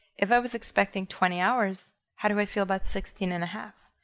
if i was expecting twenty hours, how do i feel about sixteen and a half?